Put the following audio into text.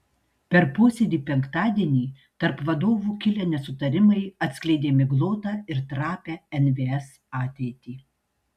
per posėdį penktadienį tarp vadovų kilę nesutarimai atskleidė miglotą ir trapią nvs ateitį